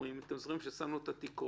אתם זוכרים שמנו את התקרות?